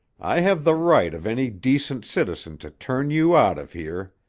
i have the right of any decent citizen to turn you out of here.